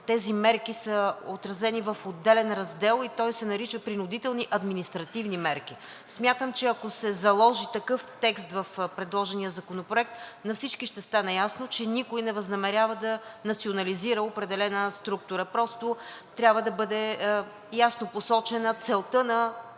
тези мерки са отразени в отделен раздел и той се нарича „Принудителни административни мерки“. Смятам, че ако се заложи такъв текст в предложения законопроект, на всички ще им стане ясно, че никой не възнамерява да национализира определена структура. Просто трябва да бъде ясно посочена целта на